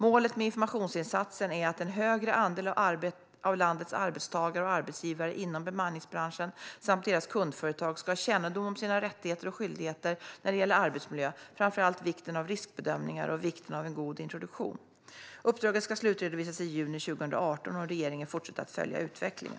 Målet med informationsinsatsen är att en högre andel av landets arbetstagare och arbetsgivare inom bemanningsbranschen samt deras kundföretag ska ha kännedom om sina rättigheter och skyldigheter när det gäller arbetsmiljö, framför allt när det gäller vikten av riskbedömningar och vikten av en god introduktion. Uppdraget ska slutredovisas i juni 2018, och regeringen fortsätter att följa utvecklingen